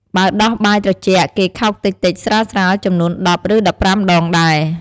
បើដោះបាយត្រជាក់គេខោកតិចៗស្រាលៗ ចំនួន ១០ ឬ ១៥ ដងដែរ។